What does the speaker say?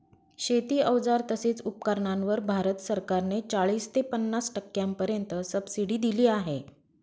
शेती अवजार तसेच उपकरणांवर भारत सरकार ने चाळीस ते पन्नास टक्क्यांपर्यंत सबसिडी दिली आहे